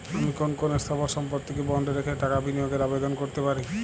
আমি কোন কোন স্থাবর সম্পত্তিকে বন্ডে রেখে টাকা বিনিয়োগের আবেদন করতে পারি?